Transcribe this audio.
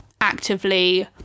actively